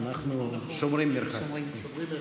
שמרו מרחק,